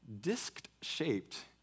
disc-shaped